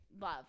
Love